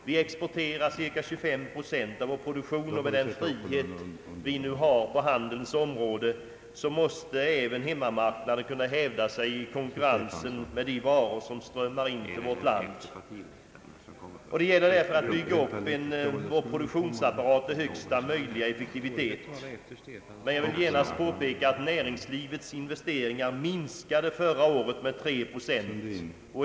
Vi exporterar cirka 25 procent av vår egen produktion, och med den frihet som nu råder på handelns område måste även hemmamarknaden kunna hävda sig i konkurrensen med de varor som strömmar in till vårt land. Det gäller därför att bygga upp vår produktionsapparat till högsta möjliga effektivitet, men jag vill genast påpeka att näringslivets investeringar förra året minskade med 3 procent.